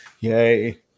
Yay